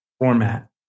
format